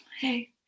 Hey